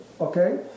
Okay